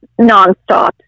nonstop